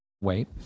wait